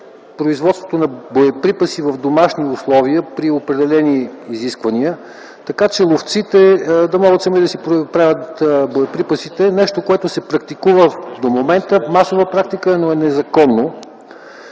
производството на боеприпаси в домашни условия при определени изисквания, така че ловците сами да си правят боеприпасите – нещо, което се практикува и в момента, масова практика е, но е незаконно.